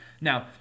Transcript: Now